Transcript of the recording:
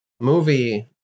movie